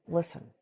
Listen